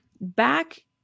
back